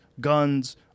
guns